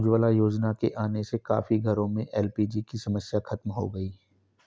उज्ज्वला योजना के आने से काफी घरों में एल.पी.जी की समस्या खत्म हो गई